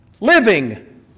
living